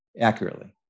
accurately